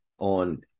on